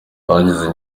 ahageze